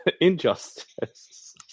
Injustice